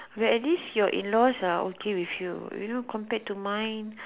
you're at least your in laws are okay with you you know compared to mine